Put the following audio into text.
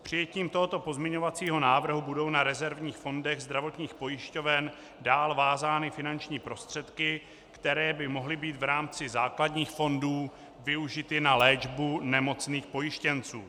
Přijetím tohoto pozměňovacího návrhu budou na rezervních fondech zdravotních pojišťoven dál vázány finanční prostředky, které by mohly být v rámci základních fondů využity na léčbu nemocných pojištěnců.